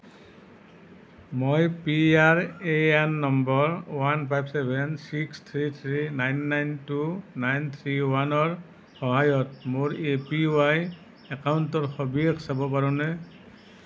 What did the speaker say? মই PRAN number one five seven six three three nine nine two nine three ওৱানৰ সহায়ত মোৰ APY একাউণ্টৰ সবিশেষ চাব পাৰোঁনে